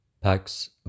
Pax